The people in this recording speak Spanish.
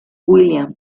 william